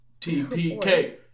TPK